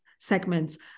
segments